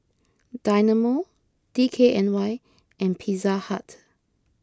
Dynamo D K N Y and Pizza Hut